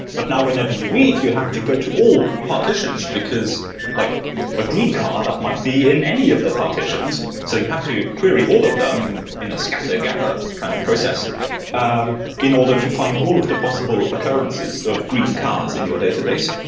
but now, whenever you read, you have to go to all partitions, because like a green car that might be in any of the partitions, so you have to query all of them and in a scatter-gather kind of process um in order to find all of the possible occurrences of green cars in your database.